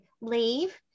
leave